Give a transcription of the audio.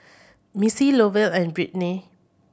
Missie Lovell and Brittnee